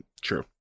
true